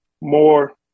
more